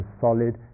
solid